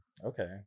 Okay